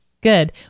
Good